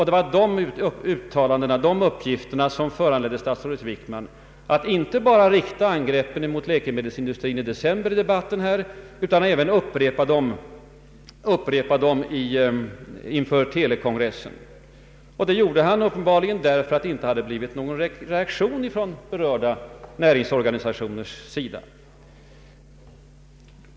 Det var de uppgifterna som föranledde statsrådet Wickman att inte bara rikta angreppen mot läkemedelsindustrin i debatten här i december utan även upprepa dem inför Telekongressen. Det gjorde han uppenbarligen därför att det inte blivit någon reaktion från berörda näringsorganisationers sida.